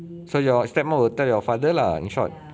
so your step mum will tell your father lah in short